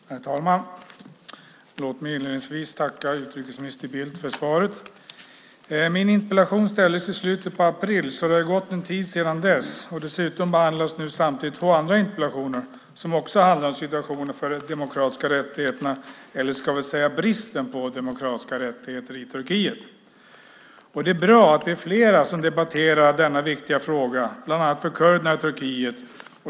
Herr talman! Låt mig inledningsvis tacka utrikesminister Bildt för svaret. Min interpellation ställdes i slutet av april, så det har gått en tid sedan dess. Dessutom behandlas nu samtidigt två andra interpellationer som också handlar om situationen för de demokratiska rättigheterna, eller ska vi säga bristen på demokratiska rättigheter, i Turkiet. Det är bra att vi är flera som debatterar denna viktiga fråga, bland annat för kurderna i Turkiet.